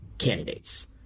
Candidates